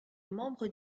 membre